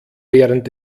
während